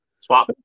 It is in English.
swap